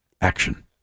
action